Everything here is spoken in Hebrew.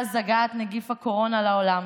מאז הגעת נגיף הקורונה לעולם,